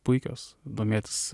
puikios domėtis